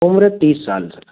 उम्र तीस साल